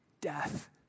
death